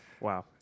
Wow